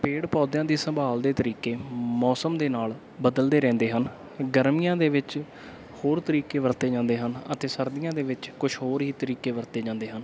ਪੇੜ ਪੌਦਿਆਂ ਦੀ ਸੰਭਾਲ ਦੇ ਤਰੀਕੇ ਮੌਸਮ ਦੇ ਨਾਲ ਬਦਲਦੇ ਰਹਿੰਦੇ ਹਨ ਗਰਮੀਆਂ ਦੇ ਵਿੱਚ ਹੋਰ ਤਰੀਕੇ ਵਰਤੇ ਜਾਂਦੇ ਹਨ ਅਤੇ ਸਰਦੀਆਂ ਦੇ ਵਿੱਚ ਕੁਛ ਹੋਰ ਹੀ ਤਰੀਕੇ ਵਰਤੇ ਜਾਂਦੇ ਹਨ